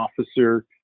officer